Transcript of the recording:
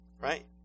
Right